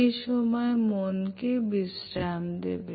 সেই সময়ে মনকে বিশ্রাম দেবে